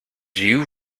you